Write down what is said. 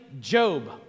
Job